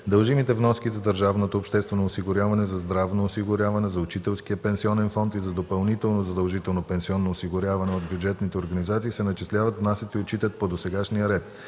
Дължимите вноски за държавното обществено осигуряване, за здравно осигуряване, за Учителския пенсионен фонд и за допълнително задължително пенсионно осигуряване от бюджетните организации се начисляват, внасят и отчитат по досегашния ред.